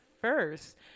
first